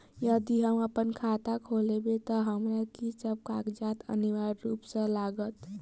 यदि हम अप्पन खाता खोलेबै तऽ हमरा की सब कागजात अनिवार्य रूप सँ लागत?